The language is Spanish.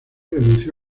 renunció